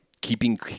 keeping